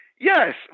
yes